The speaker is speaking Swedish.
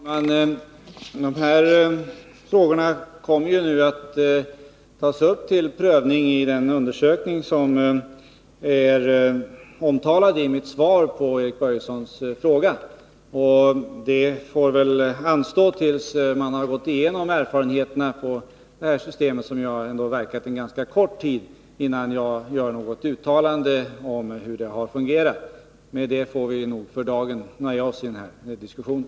Herr talman! De här frågorna kommer nu att tas upp till prövning i den undersökning som omtalas i mitt svar på Erik Börjessons fråga. Ett uttalande från mig om hur systemet — som ändå har verkat en ganska kort tid — har fungerat får anstå tills man har gått igenom erfarenheterna av det. Med det får vi nog för dagen nöja oss i den här diskussionen.